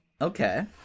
Okay